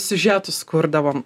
siužetus kurdavom